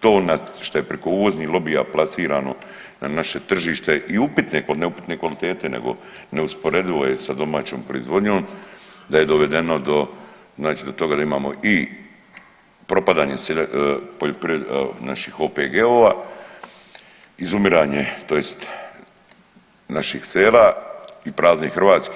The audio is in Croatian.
to što je preko uvoznih lobija plasirano na naše tržište i upitne, ne upitne kvalitete nego neusporedivo je sa domaćom proizvodnjom, da je dovedeno, znači do toga da imamo i propadanje naših OPG-ova, izumiranje tj. naših sela i praznih hrvatskih.